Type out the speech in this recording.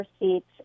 receipts